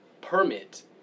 Permit